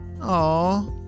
Aw